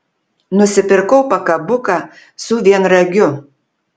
nusipirkau pakabuką su vienragiu